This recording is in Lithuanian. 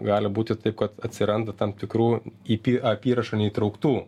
gali būti taip kad atsiranda tam tikrų į py apyrašą neįtrauktų